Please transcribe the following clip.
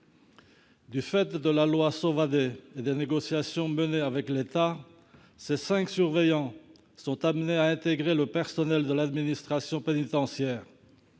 publique, la loi Sauvadet, et des négociations menées avec l'État, ces cinq surveillants sont amenés à intégrer le personnel de l'administration pénitentiaire.